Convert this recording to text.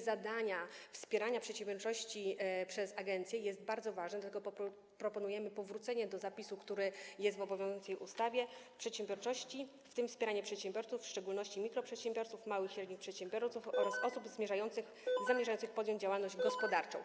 zadanie wspierania przedsiębiorczości przez agencję jest bardzo ważne, dlatego proponujemy powrócenie do zapisu, który jest w obowiązującej ustawie o przedsiębiorczości, chodzi o wspieranie przedsiębiorców, w szczególności mikroprzedsiębiorców, małych i średnich przedsiębiorców, oraz osób zamierzających podjąć działalność gospodarczą.